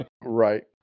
right